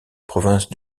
province